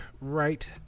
right